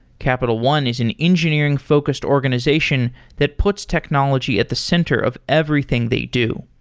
capital one is an engineering-focused organization that puts technology at the center of everything they do.